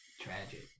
Tragic